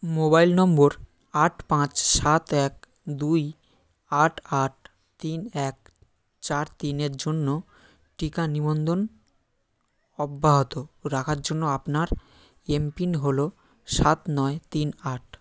mobile number আট পাঁচ সাত এক দুই আট আট তিন এক চার তিনের জন্য টিকা নিবন্ধন অব্যাহত রাখার জন্য আপনার এম পিন হলো সাত নয় তিন আট